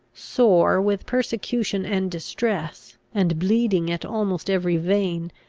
sore with persecution and distress, and bleeding at almost every vein,